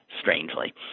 strangely